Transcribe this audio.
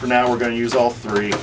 for now we're going to use all three